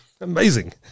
Amazing